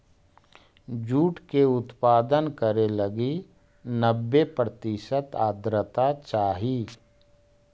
jute के उत्पादन करे लगी नब्बे प्रतिशत आर्द्रता चाहइ